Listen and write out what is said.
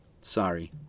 Sorry